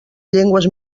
llengües